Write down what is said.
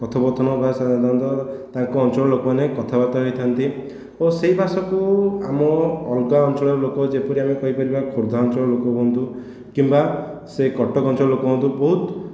କଥୋପକଥନ ବା ସାଧାରଣତଃ ତାଙ୍କ ଅଞ୍ଚଳର ଲୋକମାନେ କଥାବାର୍ତ୍ତା ହୋଇଥାନ୍ତି ଓ ସେହି ଭାଷାକୁ ଆମ ଅଲଗା ଅଞ୍ଚଳର ଲୋକ ଯେପରି ଆମେ କହିପାରିବା ଖୋର୍ଦ୍ଧା ଅଞ୍ଚଳର ଲୋକ ହୁଅନ୍ତୁ କିମ୍ବା ସେ କଟକ ଅଞ୍ଚଳର ଲୋକ ହୁଅନ୍ତୁ ବହୁତ